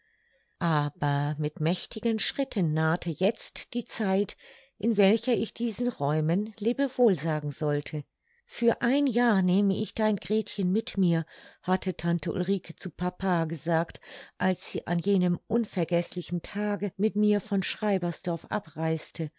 aber mit mächtigen schritten nahte jetzt die zeit in welcher ich diesen räumen lebewohl sagen sollte für ein jahr nehme ich dein gretchen mit mir hatte tante ulrike zu papa gesagt als sie an jenem unvergeßlichen tage mit mir von schreibersdorf abreiste